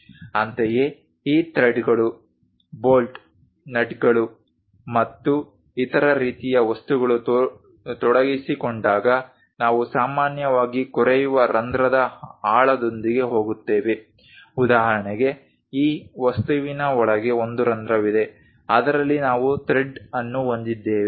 ಅಂತೆಯೇ ಈ ಥ್ರೆಡ್ಗಳು ಬೋಲ್ಟ್ ನಟ್ಸ್ ಮತ್ತು ಇತರ ರೀತಿಯ ವಸ್ತುಗಳು ತೊಡಗಿಸಿಕೊಂಡಾಗ ನಾವು ಸಾಮಾನ್ಯವಾಗಿ ಕೊರೆಯುವ ರಂಧ್ರದ ಆಳದೊಂದಿಗೆ ಹೋಗುತ್ತೇವೆ ಉದಾಹರಣೆಗೆ ಈ ವಸ್ತುವಿನ ಒಳಗೆ ಒಂದು ರಂಧ್ರವಿದೆ ಅದರಲ್ಲಿ ನಾವು ಥ್ರೆಡ್ ಅನ್ನು ಹೊಂದಿದ್ದೇವೆ